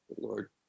Lord